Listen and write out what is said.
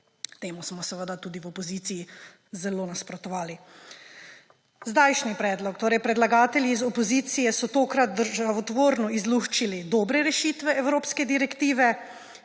Temu smo seveda tudi v opoziciji zelo nasprotovali. Zdajšnji predlog. Predlagatelji iz opozicije so tokrat državotvorno izluščili dobre rešitve evropske direktive,